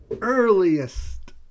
earliest